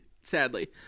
Sadly